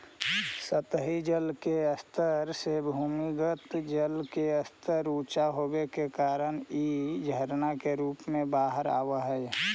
सतही जल के स्तर से भूमिगत जल के स्तर ऊँचा होवे के कारण इ झरना के रूप में बाहर आवऽ हई